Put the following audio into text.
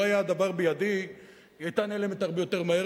לו היה הדבר בידי היא היתה נעלמת הרבה יותר מהר,